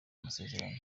masezerano